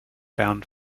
bound